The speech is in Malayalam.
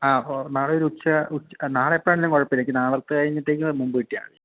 ആ ഓഹ് നാളെ ഒരുച്ച നാളെ എപ്പോഴായാലും കുഴപ്പമില്ല എനിക്ക് നാളത്തെ കഴിഞ്ഞിട്ടെങ്കിലും മുമ്പ് കിട്ടിയാൽ മതി